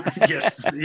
Yes